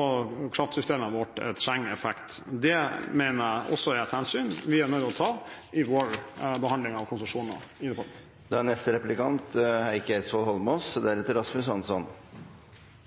og kraftsystemet vårt trenger effekt. Det mener jeg også er et hensyn vi er nødt til å ta i vår behandling av konsesjoner i departementet. Flere talere har trukket fram at NVE har ment at det er